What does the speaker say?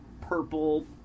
purple